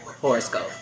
horoscope